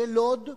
בלוד,